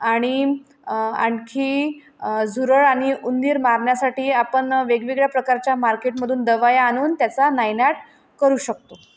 आणि आणखी झुरळ आणि उंदीर मारण्यासाठी आपण वेगवेगळ्या प्रकारच्या मार्केटमधून दवाया आणून त्याचा नायनाट करू शकतो